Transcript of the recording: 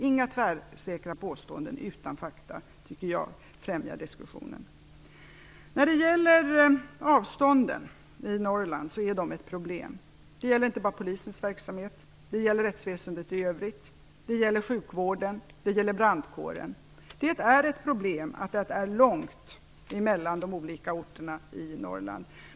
Inga tvärsäkra påståenden utan fakta, det tycker jag inte främjar diskussionen! Avstånden i Norrland är ett problem. Det gäller inte bara Polisens verksamhet. Det gäller rättsväsendet i övrigt. Det gäller sjukvården. Det gäller brandkåren. Det är ett problem att det är långt mellan de olika orterna i Norrland.